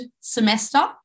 semester